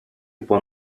può